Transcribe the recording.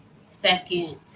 second